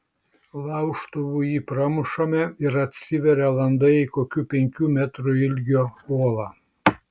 laužtuvu jį pramušame ir atsiveria landa į kokių penkių metrų ilgio olą